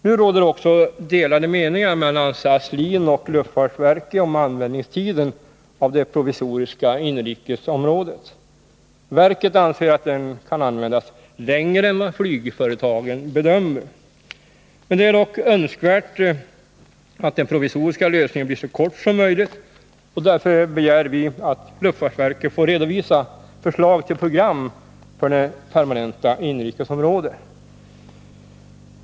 Nu råder det också delade meningar mellan SAS/LIN och luftfartsverket om användningstiden vad avser det provisoriska inrikesområdet. Verket anser att det kan användas längre än vad flygföretagen bedömer. Det är dock önskvärt att den provisoriska lösningen blir så kortvarig som möjligt, och därför begär vi att luftfartsverket får redovisa förslag till program för det permanenta inrikesområdet.